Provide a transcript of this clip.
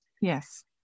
Yes